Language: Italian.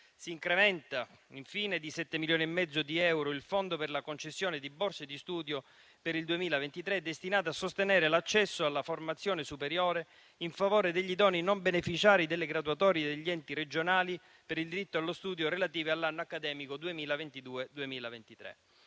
Si incrementa infine di 7 milioni e mezzo di euro il fondo per la concessione di borse di studio per il 2023, destinato a sostenere l'accesso alla formazione superiore in favore degli idonei non beneficiari delle graduatorie degli enti regionali per il diritto allo studio relative all'anno accademico 2022-2023.